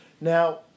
Now